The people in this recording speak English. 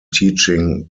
teaching